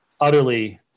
utterly